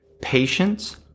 patience